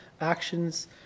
actions